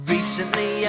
Recently